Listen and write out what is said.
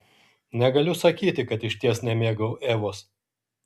negaliu sakyti kad išties nemėgau evos